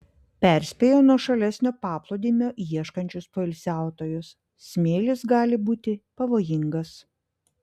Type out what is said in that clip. perspėja nuošalesnio paplūdimio ieškančius poilsiautojus smėlis gali būti pavojingas